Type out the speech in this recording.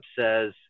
says